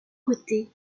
côtés